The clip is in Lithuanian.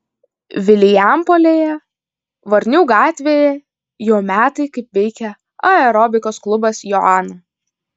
vilijampolėje varnių gatvėje jau metai kaip veikia aerobikos klubas joana